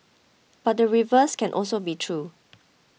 but the reverse can also be true